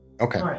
Okay